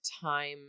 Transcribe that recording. time